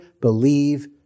believe